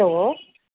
hello